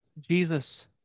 Jesus